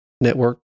network